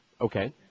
Okay